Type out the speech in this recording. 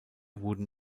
wurden